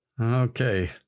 Okay